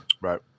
Right